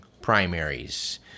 primaries